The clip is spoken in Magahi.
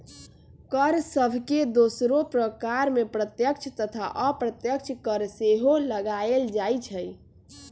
कर सभके दोसरो प्रकार में प्रत्यक्ष तथा अप्रत्यक्ष कर सेहो लगाएल जाइ छइ